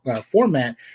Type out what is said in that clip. format